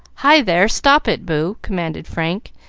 hi there! stop it, boo, commanded frank,